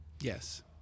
Yes